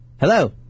Hello